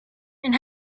and